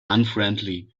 unfriendly